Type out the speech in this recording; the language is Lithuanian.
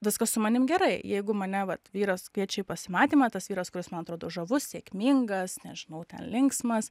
viskas su manim gerai jeigu mane vat vyras kviečia į pasimatymą tas vyras kuris man atrodo žavus sėkmingas nežinau ten linksmas